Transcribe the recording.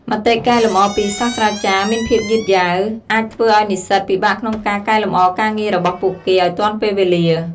មតិកែលម្អពីសាស្ត្រាចារ្យមានភាពយឺតយ៉ាវអាចធ្វើឱ្យនិស្សិតពិបាកក្នុងការកែលម្អការងាររបស់ពួកគេឱ្យទាន់ពេលវេលា។